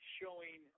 showing